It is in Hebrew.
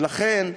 ולכן,